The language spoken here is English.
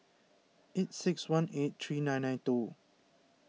eight six one eight three nine nine two